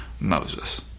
Moses